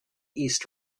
east